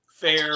Fair